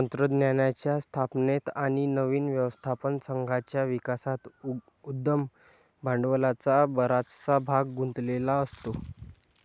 तंत्रज्ञानाच्या स्थापनेत आणि नवीन व्यवस्थापन संघाच्या विकासात उद्यम भांडवलाचा बराचसा भाग गुंतलेला असतो